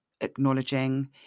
acknowledging